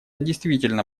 действительно